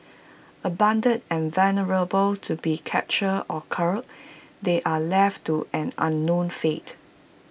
abandoned and vulnerable to being captured or culled they are left to an unknown fate